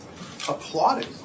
applauded